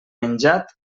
menjat